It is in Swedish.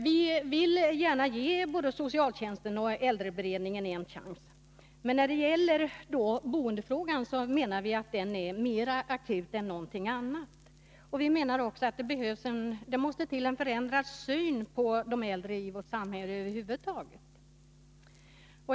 Vi vill gärna ge både socialtjänsten och äldreberedningen en chans, men vi menar att boendefrågan är mera akut. Vi menar också att det behövs en förändrad syn på de äldre i vårt samhälle.